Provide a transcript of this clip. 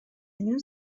менен